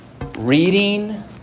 Reading